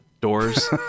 doors